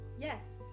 Yes